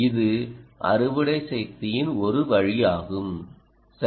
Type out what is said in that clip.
இது அறுவடை சக்தியின் ஒரு வழியாகும் சரி